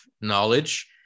knowledge